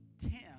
ten